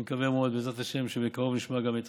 אני מקווה מאוד, בעזרת השם, שבקרוב נשמע גם את